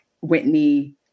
Whitney